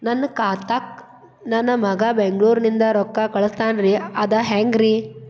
ನನ್ನ ಖಾತಾಕ್ಕ ನನ್ನ ಮಗಾ ಬೆಂಗಳೂರನಿಂದ ರೊಕ್ಕ ಕಳಸ್ತಾನ್ರಿ ಅದ ಹೆಂಗ್ರಿ?